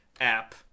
app